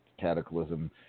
Cataclysm